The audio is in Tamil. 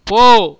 போ